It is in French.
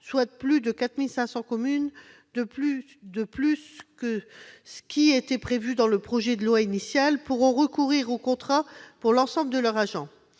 soit plus de 4 500 communes de plus que ce que prévoyait le projet de loi initial, pourront recourir au contrat pour l'ensemble de leurs agents.